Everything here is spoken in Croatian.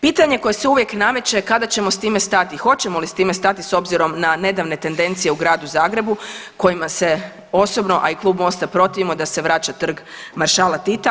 Pitanje koje se uvijek nameće, kada ćemo s time stati, hoćemo li s time stati s obzirom na nedavne tendencije u Gradu Zagrebu kojima se osobno, a i klub Mosta protivimo da se vraća Trg maršala Tita.